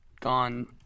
gone